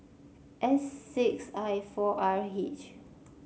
S six I four R H